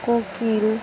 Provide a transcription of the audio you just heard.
কোকিল